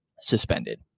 suspended